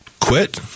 quit